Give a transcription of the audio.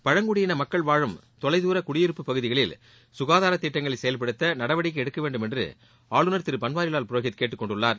பழங்குடியின மக்கள் வாழும் தொலைத்துர குடியிருப்பு பகுதிகளில் சுகாதார திட்டங்களை செயல்படுத்த நடவடிக்கை எடுக்க வேண்டும் என்று ஆளுநர் திரு பன்வாரிலால் புரோஹித் கேட்டுக்கொண்டுள்ளார்